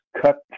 cut